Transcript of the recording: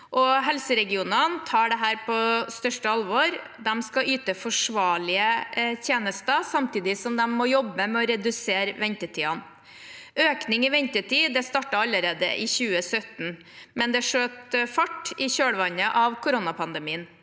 Helseregionene tar dette på største alvor. De skal yte forsvarlige tjenester, samtidig som de må jobbe med å redusere ventetidene. Økningen i ventetider startet allerede i 2017, men skjøt fart i kjølvannet av koronapandemien.